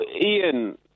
Ian